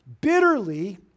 bitterly